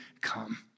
come